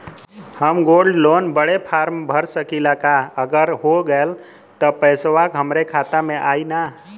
हम gold loan बड़े form भर सकी ला का अगर हो गैल त पेसवा हमरे खतवा में आई ना?